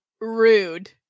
Rude